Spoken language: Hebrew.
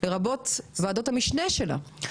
לרבות ועדות המשנה שלה.